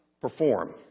perform